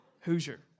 Hoosier